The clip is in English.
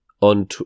on